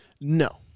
No